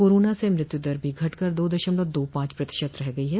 corona से मृत्युदर भी घटकर दो दशमलव दो पांच प्रतिशत रह गई है